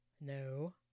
No